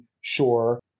sure